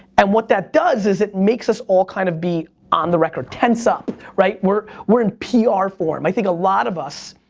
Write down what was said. and what that does is it makes us all kind of be on the record, tense up, right? we're we're in ah pr form. i think a lot of us